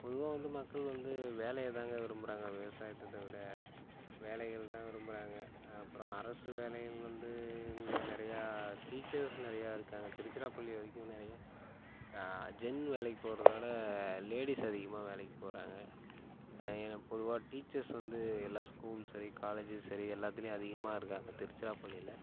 பொதுவாக வந்து மக்கள் வந்து வேலையைதாங்க விரும்புகிறாங்க விவசாயத்தை விட வேலைகள் தான் விரும்புகிறாங்க அப்புறம் அரசு வேலைகள் வந்து இங்கே நிறையா டீச்சர்ஸ் நிறையா இருக்காங்கள் திருச்சிராப்பள்ளி வந்து நிறையா ஜென் வேலைக்குப் போகிறதவிட லேடீஸ் அதிகமாக வேலைக்குப் போகிறாங்க பொதுவாக டீச்சர்ஸ் வந்து எல்லா ஸ்கூல்ஸ் சரி காலேஜ்சும் சரி எல்லாத்துலையும் அதிகமாக இருக்காங்கள் திருச்சிராப்பள்ளியில்